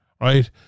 Right